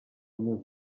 mil